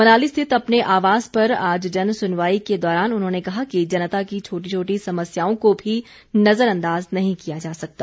मनाली स्थित अपने आवास पर आज जन सुनवाई के दौरान उन्होंने कहा कि जनता की छोटी छोटी समस्याओं को भी नज़रअंदाज़ नहीं किया जा सकता